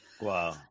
Wow